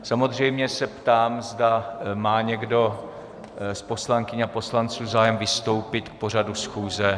Samozřejmě se ptám, zda má někdo z poslankyň a poslanců zájem vystoupit k pořadu schůze.